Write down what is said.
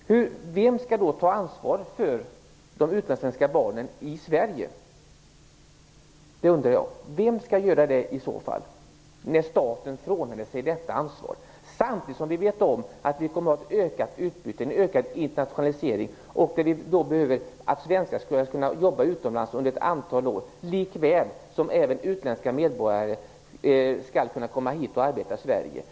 Vem skall då ta ansvar för de utlandssvenska barnen i Sverige? Det undrar jag. Vem skall göra det i så fall, när staten frånsäger sig detta ansvar samtidigt som vi vet att vi kommer att ha ett ökat utbyte och en ökad internationalisering? Svenskar kommer att behöva kunna jobba utomlands under ett antal år, likväl som utländska medborgare skall kunna komma hit och arbeta i Sverige.